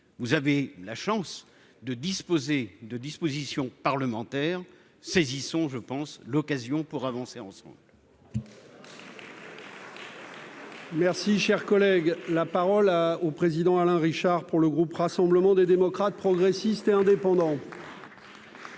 vous avez la chance de disposer de dispositions parlementaire saisissons je pense, l'occasion pour avancer. Merci, cher collègue, la parole au président Alain Richard pour le groupe Rassemblement des démocrates progressistes. C'est indépendant.